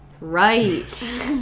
Right